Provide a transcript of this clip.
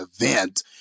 event